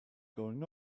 going